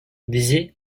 dizi